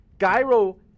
gyro